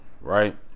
right